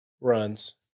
Runs